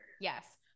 yes